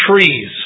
trees